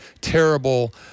terrible